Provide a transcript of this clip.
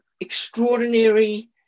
extraordinary